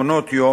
מעונות יום,